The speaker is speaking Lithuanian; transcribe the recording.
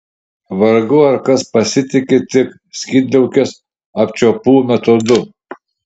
vargu ar kas pasitiki tik skydliaukės apčiuopų metodu